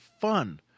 fun